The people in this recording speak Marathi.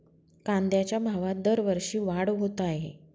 कांद्याच्या भावात दरवर्षी वाढ होत आहे